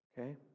okay